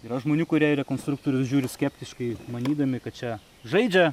yra žmonių kurie į rekonstruktorius žiūri skeptiškai manydami kad čia žaidžia